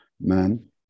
man